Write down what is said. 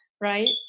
right